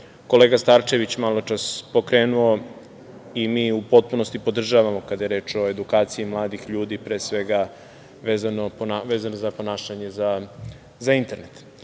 kolega Starčević je danas pokrenuo i mi u potpunosti podržavamo kada je reč o edukaciji mladih ljudi, pre svega vezano za ponašanje za internet. Najpre